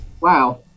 Wow